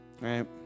right